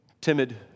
timid